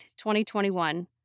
2021